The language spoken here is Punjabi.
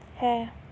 ਹੈ